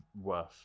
worth